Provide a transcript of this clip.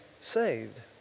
saved